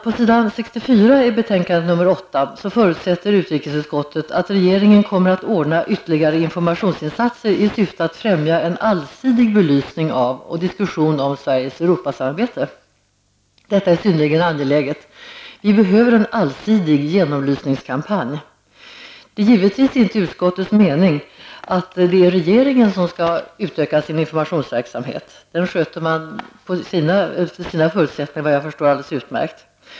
På s. 64 i betänkande nr 8 förutsätter utrikesutskottet att regeringen kommer att ordna ytterligare informationsinsatser i syfte att främja en allsidig belysning av och diskussion om Sveriges Europasamarbete. Detta är synnerligen angeläget. Vi behöver en allsidig genomlysningskampanj. Det är givetvis inte utskottets mening att det är regeringen som skall utöka sin informationsverksamhet. Den sköter regeringen förhållandevis alldeles utmärkt.